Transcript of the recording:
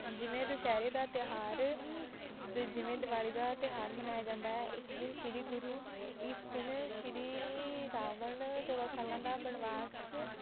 ਜਿਵੇਂ ਦੁਸਹਿਰੇ ਦਾ ਤਿਉਹਾਰ ਜਿਵੇਂ ਦੀਵਾਲੀ ਦਾ ਤਿਉਹਾਰ ਮਨਾਇਆ ਜਾਂਦਾ ਹੈ ਇਸ ਦਿਨ ਸ਼੍ਰੀ ਗੁਰੂ ਇਸ ਦਿਨ ਸ਼੍ਰੀ ਰਾਵਣ ਚੌਦ੍ਹਾਂ ਸਾਲਾਂ ਦਾ ਬਣਵਾਸ